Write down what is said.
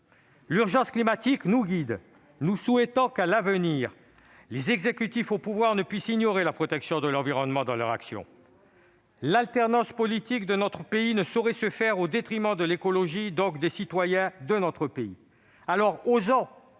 L'urgence climatique nous guide. Nous souhaitons que, à l'avenir, les exécutifs au pouvoir ne puissent ignorer la protection de l'environnement dans leur action. L'alternance politique de notre pays ne saurait se faire au détriment de l'écologie, donc des citoyens. Osons